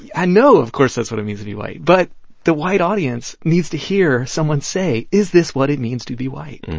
i know of course that's what it means to be white. but the white audience needs to hear someone say, is this what it means to be white.